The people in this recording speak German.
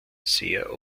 sehr